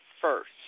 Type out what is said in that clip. first